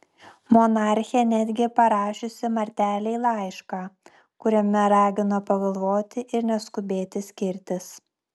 monarchė netgi parašiusi martelei laišką kuriame ragino pagalvoti ir neskubėti skirtis